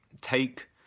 take